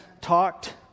talked